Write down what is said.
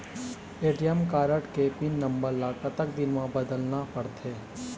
ATM card के pin number ला कतक दिन म बदलना पड़थे?